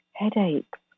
Headaches